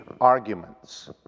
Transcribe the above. arguments